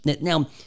Now